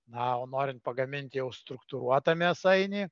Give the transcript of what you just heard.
na o norint pagamint jau struktūruotą mėsainį